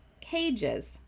cages